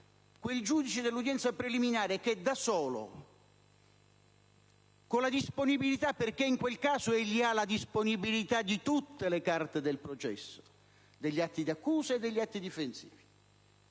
quel giudice dell'udienza preliminare che, da solo, con la disponibilità (perché in quel caso egli ha la disponibilità di tutte le carte del processo) degli atti di accusa e difensivi,